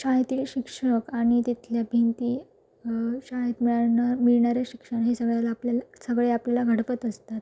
शाळेतले शिक्षक आणि तिथल्या भिंती शाळेत मेळनार मिळणारे शिक्षण हे सगळ्यात आपल्याला सगळे आपल्याला घडवत असतात